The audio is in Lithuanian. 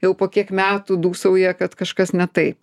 jau po kiek metų dūsauja kad kažkas ne taip